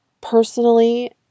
Personally